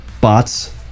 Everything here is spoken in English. bots